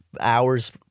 hours